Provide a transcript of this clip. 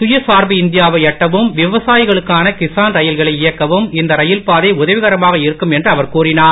சுயசார்பு இந்தியாவை எட்டவும் விவசாயிகளுக்கான கிசான் ரயில்களை இயக்கவும் இந்த ரயில் பாதை உதவிகரமாக இருக்கும் என்று அவர் கூறினார்